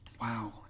Wow